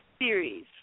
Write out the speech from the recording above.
series